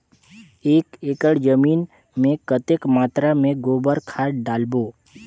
एक एकड़ जमीन मे कतेक मात्रा मे गोबर खाद डालबो?